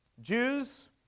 Jews